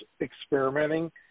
experimenting